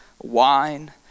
wine